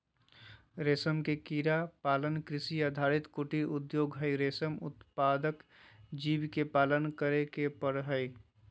रेशम के कीड़ा पालन कृषि आधारित कुटीर उद्योग हई, रेशम उत्पादक जीव के पालन करे के पड़ हई